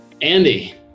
Andy